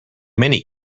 many